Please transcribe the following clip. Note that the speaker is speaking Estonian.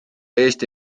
eesti